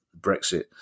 Brexit